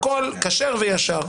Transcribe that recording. הכל כשר וישר.